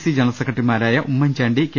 C general സെക്രട്ടറിമാരായ Oommen Chandy K